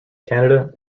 canada